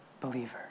believer